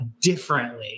differently